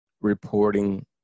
reporting